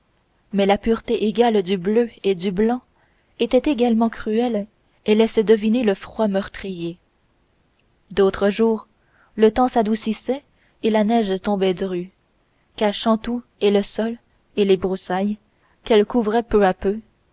mais la pureté égale du bleu et du blanc était également cruelle et laissait deviner le froid meurtrier d'autres jours le temps s'adoucissait et la neige tombait dru cachant tout et le sol et les broussailles qu'elle couvrait peu à peu